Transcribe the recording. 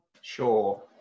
Sure